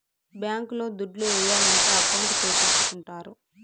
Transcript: bank లో దుడ్లు ఏయాలంటే అకౌంట్ సేపిచ్చుకుంటారు